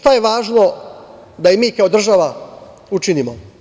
Šta je važno da i mi kao država učinimo?